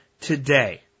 today